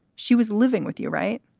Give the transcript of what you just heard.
she was living with you, right?